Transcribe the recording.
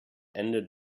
ende